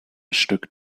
stück